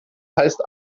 heißt